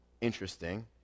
interesting